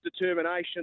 determination